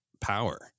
power